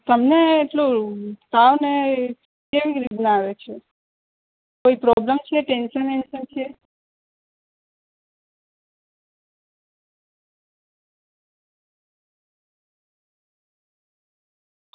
તમને એટલું તાવને ને કેવી રીતના આવે છે કોઈ પ્રોબ્લેમ છે ટેન્શન વેન્સન છે